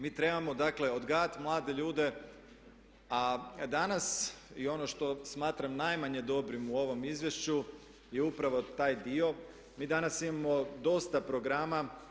Mi trebamo dakle odgajati mlade ljude, a danas i ono što smatram najmanje dobrim u ovom izvješću je upravo taj dio, mi danas imamo dosta programa.